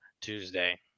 Tuesday